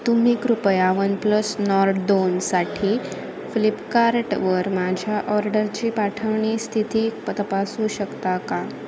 तुम्ही कृपया OnePlus Nord दोनसाठी फ्लिपकार्टवर माझ्या ऑर्डरची पाठवणी स्थिती तपासू शकता का